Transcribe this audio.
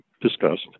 discussed